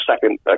second